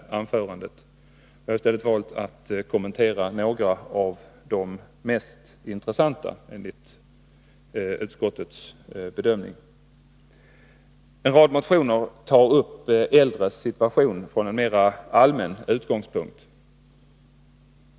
Jag har i stället valt att kommentera några av de enligt utskottets bedömning mest intressanta frågorna. En rad motioner tar upp de äldres situation från en mera allmän utgångspunkt.